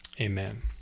amen